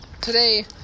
Today